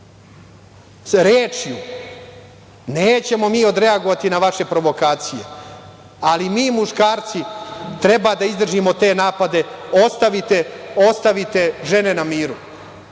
rečju. Nećemo mi odreagovati na vaše provokacije, ali mi muškarci treba da izdržimo te napade. Ostavite žene na miru.